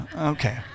Okay